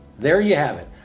there you have it.